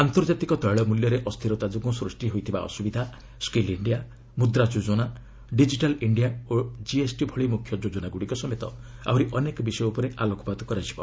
ଆନ୍ତର୍ଜାତିକ ତୈଳ ମୂଲ୍ୟରେ ଅସ୍ଥିରତା ଯୋଗୁଁ ସୃଷ୍ଟି ହୋଇଥିବା ଅସୁବିଧା ସ୍କିଲ୍ ଇଣ୍ଡିଆ ମୁଦ୍ରା ଯୋଜନା ଡିକିଟାଲ୍ ଇଣ୍ଡିଆ ଓ କିଏସ୍ଟି ଭଳି ମୁଖ୍ୟ ଯୋଜନାଗୁଡ଼ିକ ସମେତ ଆହୁରି ଅନେକ ବିଷୟ ଉପରେ ଆଲୋକପାତ କରାଯିବ